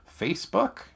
Facebook